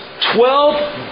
Twelve